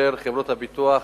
חברות הביטוח